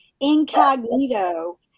incognito